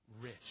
rich